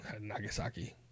nagasaki